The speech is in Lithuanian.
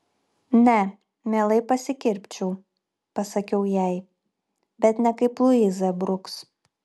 ne mielai pasikirpčiau pasakiau jai bet ne kaip luiza bruks